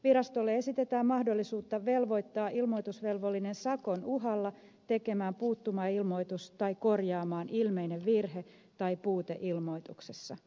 virastolle esitetään mahdollisuutta velvoittaa ilmoitusvelvollinen sakon uhalla tekemään puuttuva ilmoitus tai korjaamaan ilmeinen virhe tai puute ilmoituksessa